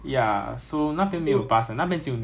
nine seven five and nine seven five a lot a lot of people take